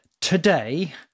today